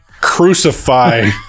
crucify